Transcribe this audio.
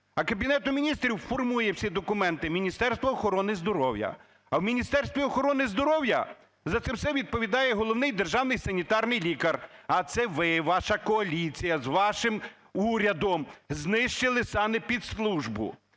А Кабінету Міністрів формує всі документи Міністерство охорони здоров'я. А в Міністерстві охорони здоров'я за це все відповідає Головний державний санітарний лікар. А це ви, ваша коаліція з вашим урядом знищили санепідслужбу.